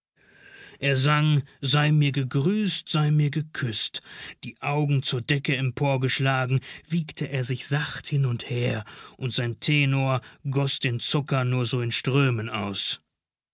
er sang sei mir gegrüßt sei mir geküßt die augen zur decke emporgeschlagen wiegte er sich sacht hin und her und sein tenor goß den zucker nur so in strömen aus